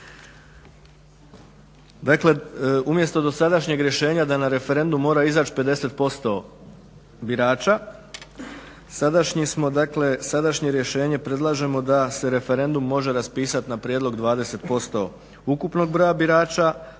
Dakle, umjesto dosadašnjeg rješenja da na referendum mora izaći 50% birača sadašnji smo dakle, sadašnje rješenje predlažemo da se referendum može raspisat na prijedlog 20% ukupnog broja birača,